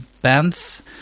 bands